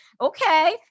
Okay